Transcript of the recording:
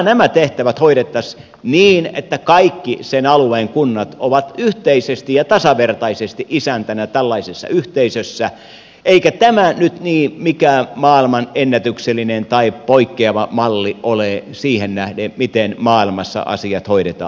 nämä tehtävät hoidettaisiin niin että kaikki sen alueen kunnat ovat yhteisesti ja tasavertaisesti isäntänä tällaisessa yhteisössä eikä tämä nyt mikään maailmanennätyksellinen tai poikkeava malli ole siihen nähden miten maailmassa asiat hoidetaan